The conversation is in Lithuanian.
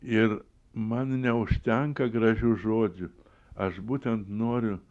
ir man neužtenka gražių žodžių aš būtent noriu